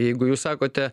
jeigu jūs sakote